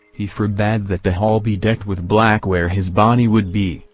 he forbade that the hall be decked with black where his body would be,